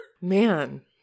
Man